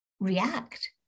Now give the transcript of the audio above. react